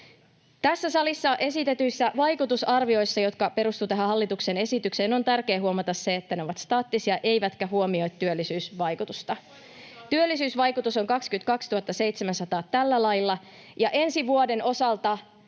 Tässä salissa esitetyissä vaikutusarvioissa, jotka perustuvat tähän hallituksen esitykseen, on tärkeää huomata se, että ne ovat staattisia eivätkä huomioi työllisyysvaikutusta. Työllisyysvaikutus on tällä lailla 22 700, ja ensi vuoden osalta